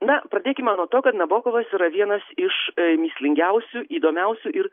na pradėkime nuo to kad nabokovas yra vienas iš mįslingiausių įdomiausių ir